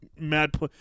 mad